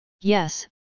Yes